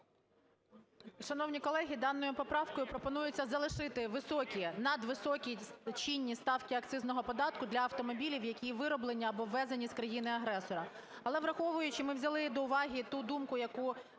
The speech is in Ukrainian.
Шановні колеги, даною поправкою пропонується залишити високі, надвисокі чинні ставки акцизного податку для автомобілів, які вироблені або ввезені з країни-агресора. Але враховуючи, що ми взяли до уваги ту думку, яку